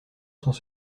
sans